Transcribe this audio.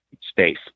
space